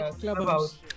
Clubhouse